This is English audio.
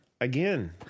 Again